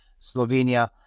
Slovenia